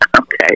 Okay